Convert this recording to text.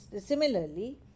Similarly